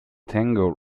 tango